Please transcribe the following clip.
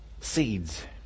seeds